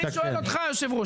אני שואל אותך היושב-ראש.